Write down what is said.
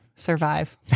survive